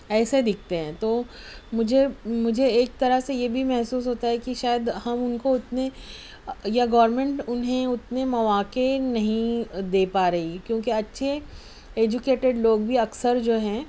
ایسے دِکھتے ہیں تو مجھے مجھے ایک طرح سے یہ بھی محسوس ہوتا ہے کہ شاید ہم اُن کو اتنے یا گورنمنٹ انھیں اتنے مواقع نہیں دے پا رہی کیونکہ اچھے ایجوکیٹیڈ لوگ بھی اکثرجو ہیں